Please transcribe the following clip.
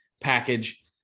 package